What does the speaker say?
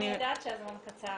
אני יודעת שהזמן קצר